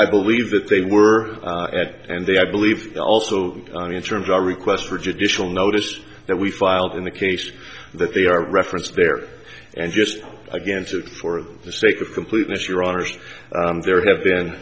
i believe that they were at and they i believe also in terms of our request for judicial notice that we filed in the case that they are referenced there and just against it for the sake of completeness your honour's there have been